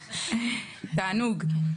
תענוג.